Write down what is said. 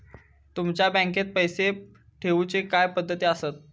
तुमच्या बँकेत पैसे ठेऊचे काय पद्धती आसत?